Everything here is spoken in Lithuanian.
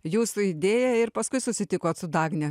jūsų idėja ir paskui susitikot su dagne